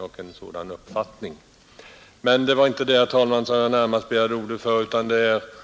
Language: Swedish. Det var emellertid inte med tanke på detta, herr talman, jag begärde ordet, utan anledningen var närmast